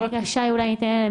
הוועדה הזאת